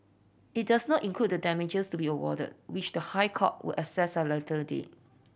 it does not include the damages to be awarded which the High Court will assess at a later date